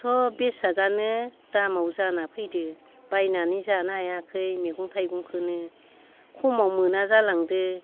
सब बेसादानो दामाव जाना फैदो बानायनै जानो हायाखै मैगं थाइगंखौनो खमाव मोना जालांदो